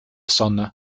sonne